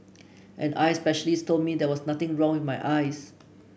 an eye specialist told me there was nothing wrong with my eyes